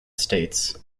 states